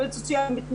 ולעובדת סוציאלית,